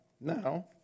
Now